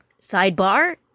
Sidebar